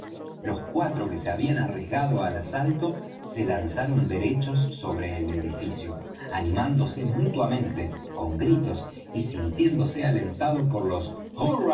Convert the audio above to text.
los cuatro que se habían arriesgado al asalto se lanzaron derechos sobre el edificio animándose mutuamente con gritos y sintiéndose alentados por los